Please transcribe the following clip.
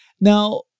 Now